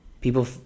People